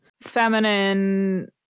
feminine